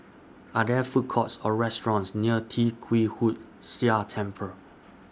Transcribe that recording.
Are There Food Courts Or restaurants near Tee Kwee Hood Sia Temple